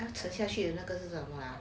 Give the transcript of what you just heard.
要吃下去那个什什么